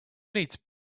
needs